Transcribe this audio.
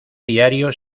diario